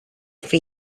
feet